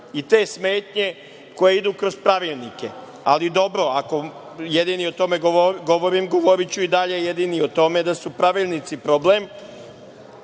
i te smetnje koje idu kroz pravilnike, ali dobro, ako jedini o tome govorim, govoriću i dalje jedini o tome da su pravilnici problem. Što